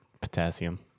potassium